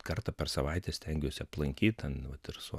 kartą per savaitę stengiuosi aplankyti ten vat ir su